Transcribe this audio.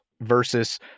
versus